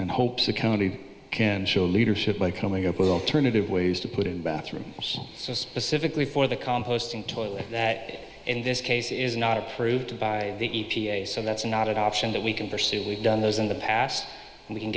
and hopes a company can show leadership by coming up with alternative ways to put in bathroom so specifically for the composting toilet that in this case is not approved by the e p a so that's not an option that we can pursue we've done those in the past and we can